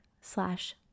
slash